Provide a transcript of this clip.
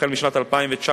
החל משנת 2019,